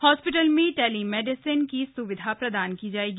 hospital में telemedicine की सुविधा प्रदान की जायेगी